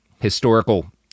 historical